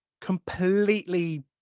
completely